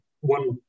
one